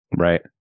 Right